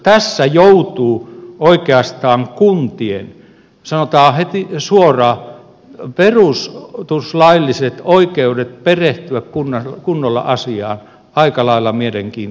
tässä joutuvat oikeastaan kuntien sanotaan heti suoraan perustuslailliset oikeudet perehtyä kunnolla asiaan aika lailla mielenkiintoiseen valoon